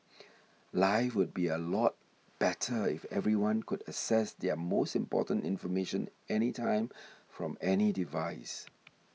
life would be a lot better if everyone could access their most important information anytime from any device